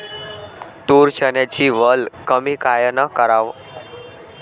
तूर, चन्याची वल कमी कायनं कराव?